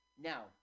Now